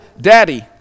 daddy